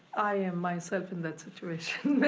i am myself in that situation,